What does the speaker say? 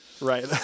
Right